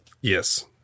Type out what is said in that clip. Yes